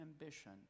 ambition